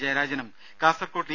ജയരാജനും കാസർകോട്ട് ഇ